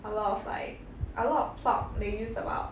a lot of like a lot of plot they use about